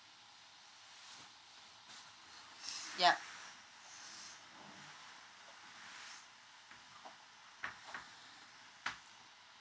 yup